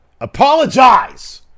Apologize